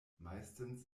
meistens